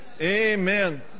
amen